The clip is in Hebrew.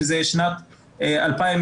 שזה שנת 2019,